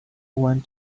went